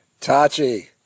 tachi